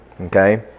Okay